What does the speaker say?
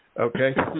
okay